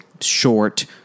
short